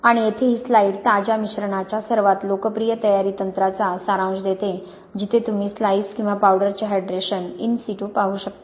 आणि येथे ही स्लाइड ताज्या मिश्रणाच्या सर्वात लोकप्रिय तयारी तंत्रांचा सारांश देते जिथे तुम्ही स्लाइस किंवा पावडरचे हायड्रेशन इन सिटू पाहू शकता